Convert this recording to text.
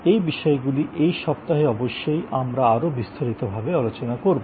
এই বিষয়গুলি এই সপ্তাহে অবশ্যই আমরা আরও বিস্তারিত ভাবে আলোচনা করব